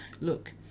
Look